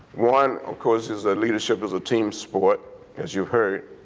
one of course is that leadership is a team sport as you've heard,